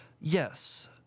Yes